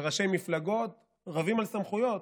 וראשי מפלגות רבים על סמכויות,